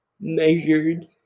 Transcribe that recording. measured